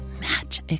match